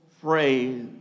phrase